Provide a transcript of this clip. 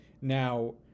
now